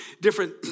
different